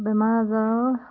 বেমাৰ আজাৰ